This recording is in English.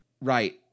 Right